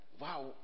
wow